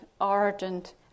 ardent